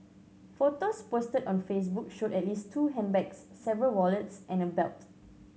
photos posted on Facebook showed at least two handbags several wallets and a belt